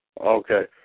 Okay